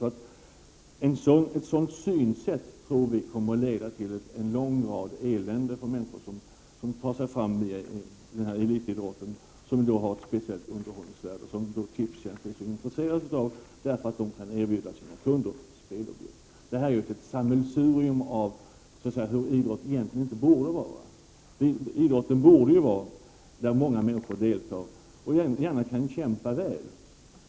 Ett sådant synsätt tror vi kommer att leda till mycket elände för människor som tar sig fram via elitidrotten, vilken har ett speciellt underhållningsvärde som Tipstjänst är intresserat av för att därigenom kunna erbjuda sina kunder spelobjekt. Detta är ett sammelsurium av hur idrott inte borde vara. Idrotten borde vara något som många människor deltar i, där de gärna kan kämpa väl.